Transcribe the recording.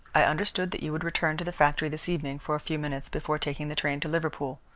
i understood that you would return to the factory this evening for a few minutes, before taking the train to liverpool.